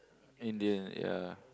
Indian ya